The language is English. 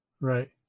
Right